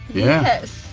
yes.